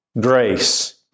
Grace